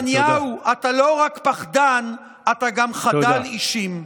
נתניהו, אתה לא רק פחדן, אתה גם חדל אישים.